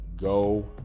go